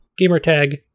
Gamertag